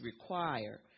require